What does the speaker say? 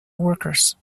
workers